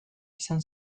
izan